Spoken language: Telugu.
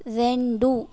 రెండు